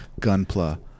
Gunpla